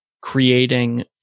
creating